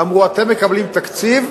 אמרו: אתם מקבלים תקציב,